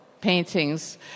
paintings